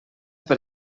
per